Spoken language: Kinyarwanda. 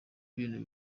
ibintu